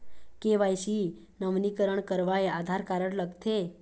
KYC नवीनीकरण करवाये Aadhaar card लगथे?